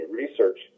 research